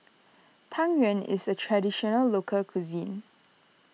Tang Yuen is a Traditional Local Cuisine